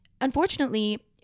unfortunately